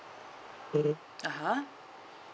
(uh huh)